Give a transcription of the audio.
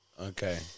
Okay